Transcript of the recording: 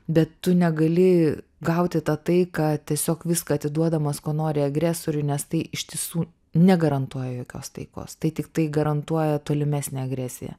bet tu negali gauti tą taiką tiesiog viską atiduodamas ko nori agresoriui nes tai iš tiesų negarantuoja jokios taikos tai tiktai garantuoja tolimesnę agresiją